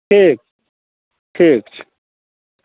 ठीक ठीक छै